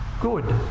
good